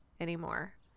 anymore